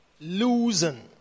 Losing